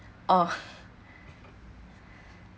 oh